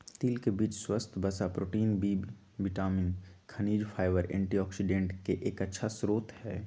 तिल के बीज स्वस्थ वसा, प्रोटीन, बी विटामिन, खनिज, फाइबर, एंटीऑक्सिडेंट के एक अच्छा स्रोत हई